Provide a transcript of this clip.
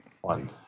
one